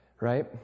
right